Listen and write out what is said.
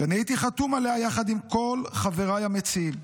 שאני הייתי חתום עליה יחד עם כל חבריי המציעים,